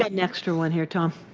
an extra one here, tom.